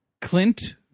Clint